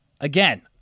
again